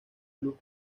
club